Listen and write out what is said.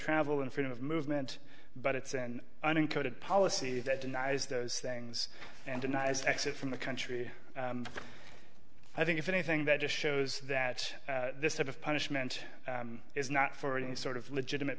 travel and freedom of movement but it's an unquoted policy that denies those things and denies exit from the country i think if anything that just shows that this sort of punishment is not for any sort of legitimate